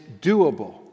doable